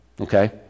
okay